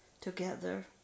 together